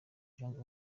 jong